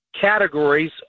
categories